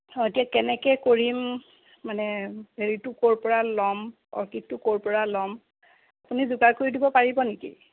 এতিয়া কেনেকৈ কৰিম মানে হেৰিটো ক'ৰপৰা ল'ম অৰ্কিডটো ক'ৰপৰা ল'ম আপুনি যোগাৰ কৰি দিব পাৰিব নেকি